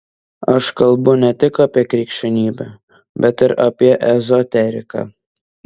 aš kalbu ne tik apie krikščionybę bet ir apie ezoteriką